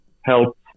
help